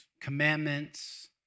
commandments